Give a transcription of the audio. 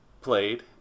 played